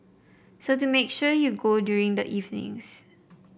so to make sure you go during the evenings